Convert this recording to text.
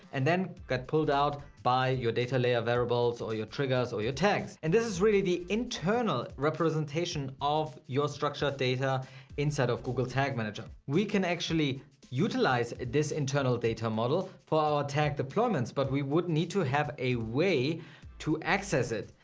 and then get pulled out by your data layer variables or your triggers or your tags. and this is really the internal representation of you're structured data inside of google tag manager. we can actually utilize this internal data model for our tag deployments, but we would need to have a way to access it.